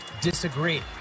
disagree